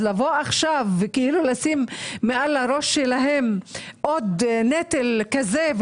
לא צריך לשים מעל הראש שלהם עוד נטל כזה,